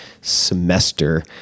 semester